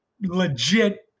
legit